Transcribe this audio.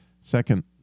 second